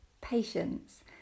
patience